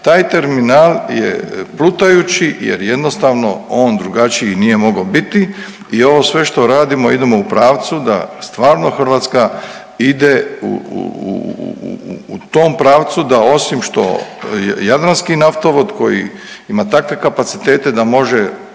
Znači terminal je plutajući, jer jednostavno on drugačiji nije mogao biti. I ovo sve što radimo idemo u pravcu da stvarno Hrvatska ide u tom pravcu da osim što jadranski naftovod koji ima takve kapacitete da može